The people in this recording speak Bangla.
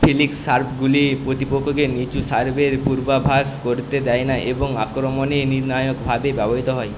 ফিলিক সার্ভগুলির প্রতিপক্ষকে নিচু সার্ভের পূর্বাভাষ করতে দেয় না এবং আক্রমণে নির্ণায়কভাবে ব্যবহৃত হয়